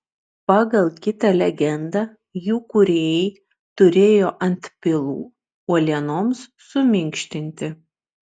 pagal kitą legendą jų kūrėjai turėjo antpilų uolienoms suminkštinti